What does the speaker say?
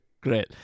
Great